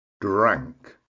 drank